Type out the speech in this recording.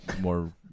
more